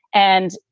and,